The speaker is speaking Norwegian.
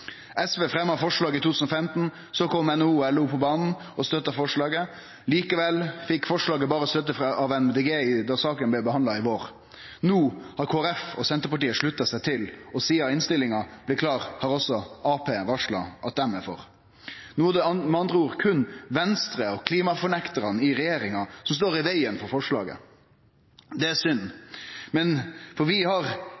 SV fremja forslaget i 2015, så kom NHO og LO på banen og støtta forslaget. Likevel fekk forslaget berre støtte av Miljøpartiet Dei Grøne da saka blei behandla i vår. No har Kristeleg Folkeparti og Senterpartiet slutta seg til, og sidan innstillinga blei klar, har også Arbeidarpartiet varsla at dei er for. No er det med andre ord berre Venstre og klimafornektarane i regjeringa som står i vegen for forslaget. Det er